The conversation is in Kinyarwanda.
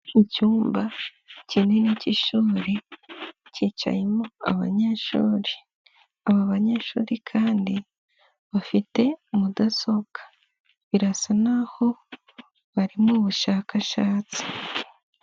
Icyumba kinini cy'Ishuri cyicayemo abanyeshuri. Aba banyeshuri kandi bafite mudasobwa, birasa naho bari mu bushakashatsi.